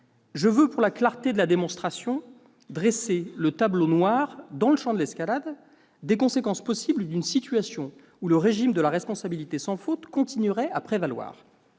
Pour la clarté de la démonstration, je veux dresser le tableau noir, dans le champ de l'escalade, des conséquences possibles d'une situation où le régime de la responsabilité sans faute continuerait à prévaloir